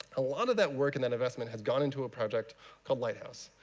a lot of that work and that investment has gone into a project called lighthouse.